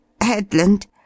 Headland